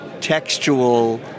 textual